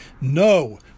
No